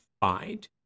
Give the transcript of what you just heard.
find